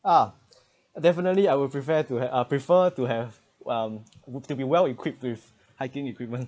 ah definitely I would prefer to ha~ uh prefer to have um to be well equipped with hiking equipment